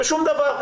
בשום דבר.